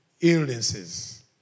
illnesses